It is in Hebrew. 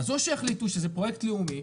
אז או שיחליטו שזה פרויקט לאומי,